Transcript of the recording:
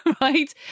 right